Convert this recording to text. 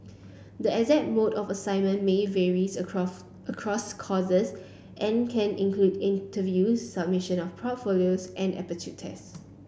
the exact mode of assessment may varies across across courses and can include interviews submission of portfolios and aptitude tests